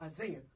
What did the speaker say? Isaiah